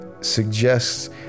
suggests